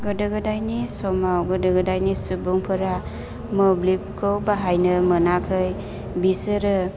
गोदो गोदायनि समाव गोदो गोदायनि सुबुंफोरा मोब्लिबखौ बाहायनो मोनाखै बिसोरो